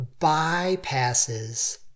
bypasses